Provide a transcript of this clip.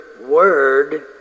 Word